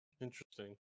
interesting